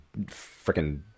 freaking